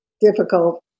difficult